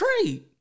trade